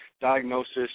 diagnosis